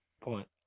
point